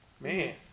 Man